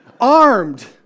armed